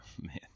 Man